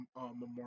Memorial